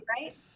right